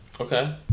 Okay